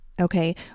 Okay